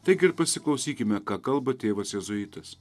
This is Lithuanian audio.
taigi ir pasiklausykime ką kalba tėvas jėzuitas